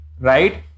right